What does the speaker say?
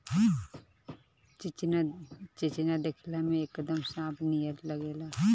चिचिना देखला में एकदम सांप नियर लागेला